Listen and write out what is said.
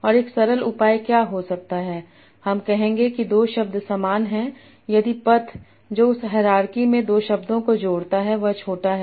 और एक सरल उपाय क्या हो सकता है हम कहेंगे कि दो शब्द समान हैं यदि पथ जो उस हायरार्की में दो शब्दों को जोड़ता है वह छोटा है